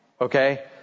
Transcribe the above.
Okay